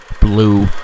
Blue